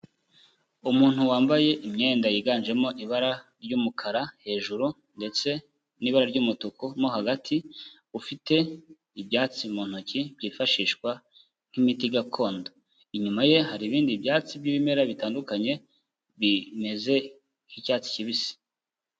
Umuntu wambaye imyenda yiganjemo ibara ry'umukara hejuru ndetse n'ibara ry'umutuku mo hagati, ufite ibyatsi mu ntoki byifashishwa nk'imiti gakondo, inyuma ye hari ibindi byatsi by'ibimera bitandukanye bimeze nk'icyatsi kibisi.